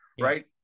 right